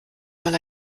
mal